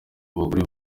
abagore